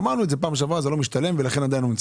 אמרנו את זה פעם שעברה שזה לא משתלם ולכן עדיין לא מוצאים.